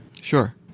Sure